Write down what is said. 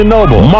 Noble